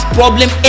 problem